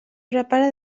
prepara